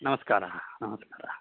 हा नमस्कारः नमस्कारः